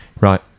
Right